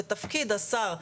ותפקיד השר,